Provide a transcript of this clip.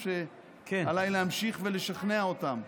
או שעליי להמשיך ולשכנע אותם?